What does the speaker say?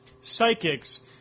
psychics